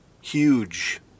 huge